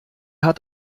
hat